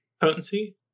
potency